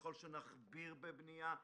ככל שנכביר בבנייה,